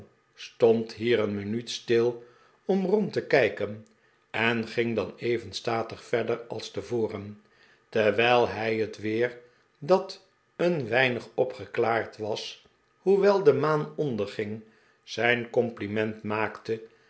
stond hier een minuut stil om rond te kijken en ging dan even statig verder als tevoren terwijl hij het weer dat een weinig opgeklaard was hoewel de maan onderging zijn compliment maakte